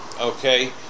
okay